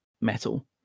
metal